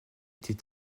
était